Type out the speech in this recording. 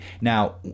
Now